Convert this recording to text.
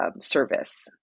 service